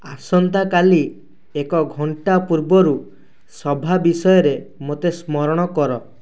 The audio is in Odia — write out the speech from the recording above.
ଆସନ୍ତାକାଲି ଏକ ଘଣ୍ଟା ପୂର୍ବରୁ ସଭା ବିଷୟରେ ମୋତେ ସ୍ମରଣ କର